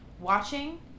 watching